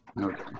Okay